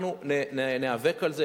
אנחנו ניאבק על זה.